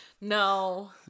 No